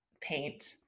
paint